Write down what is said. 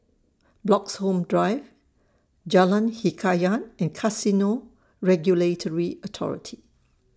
Bloxhome Drive Jalan Hikayat and Casino Regulatory Authority